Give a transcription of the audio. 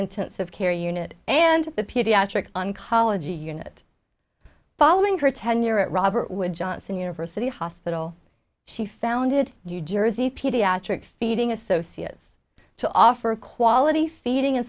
intensive care unit and the pediatric oncology unit following her tenure at robert wood johnson university hospital she founded new jersey pediatric feeding associates to offer quality feeding and